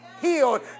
healed